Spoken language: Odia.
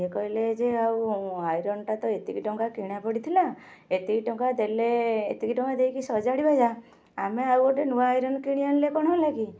ଇଏ କହିଲେ ଯେ ଆଉ ଆଇରନ୍ଟା ତ ଏତିକି ଟଙ୍କା କିଣା ପଡ଼ିଥିଲା ଏତିକି ଟଙ୍କା ଦେଲେ ଏତିକି ଟଙ୍କା ଦେଇକି ସଜାଡ଼ିବା ଯାହା ଆମେ ଆଉ ଗୋଟେ ନୂଆ ଆଇରନ୍ କିଣି ଆଣିଲେ କ'ଣ ହେଲାକି